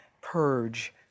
purge